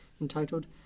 entitled